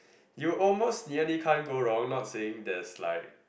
you almost nearly can't go wrong not saying there's like